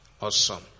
Awesome